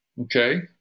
Okay